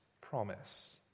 promise